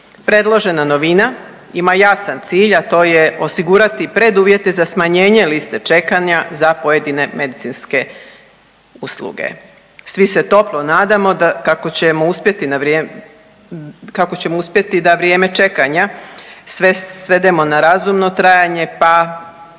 Predložena novina ima jasan cilj, a to je osigurati preduvjete za smanjenje liste čekanja za pojedine medicinske usluge. Svi se toplo nadamo kako ćemo uspjeti, kako ćemo uspjeti da vrijeme čekanja svedemo na razumno trajanje pa